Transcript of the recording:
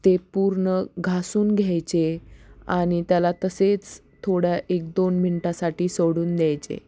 ते पूर्ण घासून घ्यायचे आणि त्याला तसेच थोड्या एक दोन मिनटासाठी सोडून द्यायचे